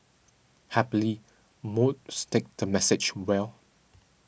happily most take the message well